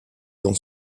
dans